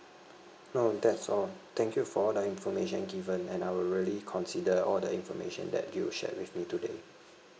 no that's all thank you for all the information given and I would really consider all the information that you shared with me today